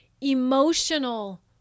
emotional